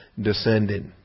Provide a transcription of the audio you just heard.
descended